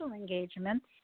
engagements